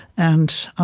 and